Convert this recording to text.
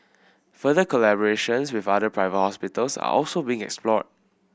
further collaborations with other private hospitals are also being explored